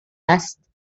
است